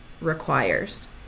requires